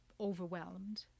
overwhelmed